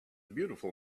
beautiful